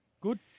Good